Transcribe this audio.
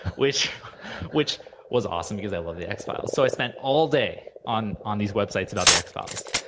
which which was awesome, because i loved the x-files, so i spent all day on on these websites about the x-files,